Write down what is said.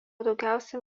daugiausiai